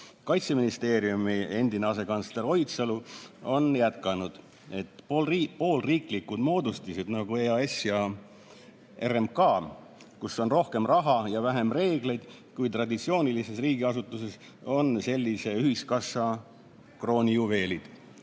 Kaitseministeeriumi endine asekantsler Oidsalu on jätkanud, et poolriiklikud moodustised, nagu EAS ja RMK, kus on rohkem raha ja vähem reegleid kui traditsioonilises riigiasutuses, on sellise ühiskassa kroonijuveelid. Meil